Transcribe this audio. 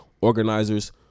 organizers